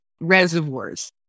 reservoirs